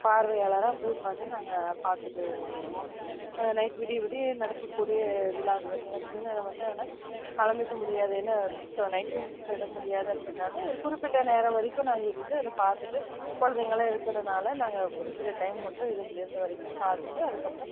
பார்வையாளராக போய் உக்கார்ந்து நாங்கள் பார்த்துட்டு வருவோம் நைட் விடிய விடிய நடக்கக்கூடிய விழா நிகழ்ச்சிகள் ன்னா கலந்துக்க முடியாது ஏனால் நைட்டு தூக்கம் கெட முடியாது அப்படின்றதால ஒரு குறிப்பிட்ட நேரம் வரைக்கும் நாங்கள் இருந்து அதை பார்த்துட்டு குழந்தைங்களும் இருக்கிறனால நாங்கள் குறிப்பிட்ட டைம் மட்டும் இருந்து இருந்தவரைக்கும் பார்த்துட்டு அதுக்கப்புறம்